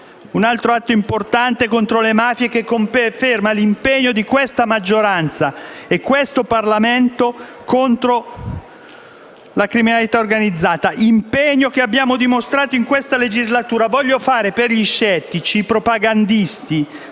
un altro atto importante contro le mafie che conferma l'impegno di questa maggioranza e di questo Parlamento contro la criminalità organizzata, un impegno che abbiamo dimostrato in questa legislatura. Voglio fare per gli scettici propagandisti